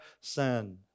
sin